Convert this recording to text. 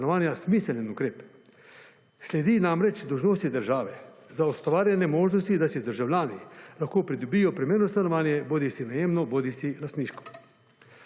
stanovanja smiseln ukrep. Sledi namreč, dolžnost je države za ustvarjanje možnosti, da si državljani lahko pridobijo primerno stanovanje, bodisi najemno, bodisi lastniško.